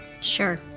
Sure